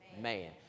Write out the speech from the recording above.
Man